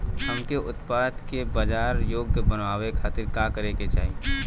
हमके उत्पाद के बाजार योग्य बनावे खातिर का करे के चाहीं?